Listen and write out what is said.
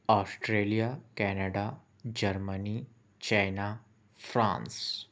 Australia Canada Germany China France